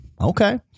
Okay